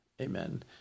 amen